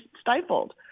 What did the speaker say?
stifled